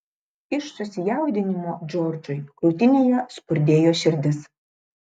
iš susijaudinimo džordžui krūtinėje spurdėjo širdis